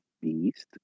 beast